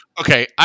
Okay